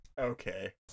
Okay